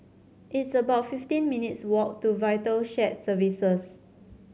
it's about fifteen minutes walk to Vital Shared Services